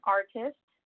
artist